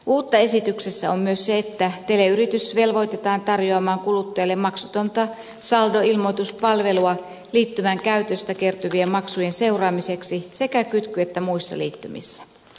uutta esityksessä on myös se että teleyritys velvoitetaan tarjoamaan kuluttajalle maksutonta saldoilmoituspalvelua liittymän käytöstä kertyvien maksujen seuraamiseksi sekä kytky että muissa liittymissä